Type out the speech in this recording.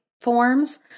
forms